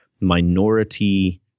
minority